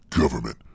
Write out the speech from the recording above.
government